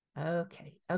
Okay